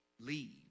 leave